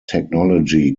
technology